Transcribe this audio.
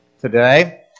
today